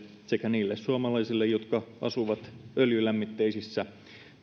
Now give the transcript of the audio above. sekä niille suomalaisille jotka asuvat öljylämmitteisissä